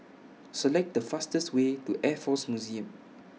Select The fastest Way to Air Force Museum